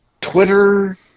Twitter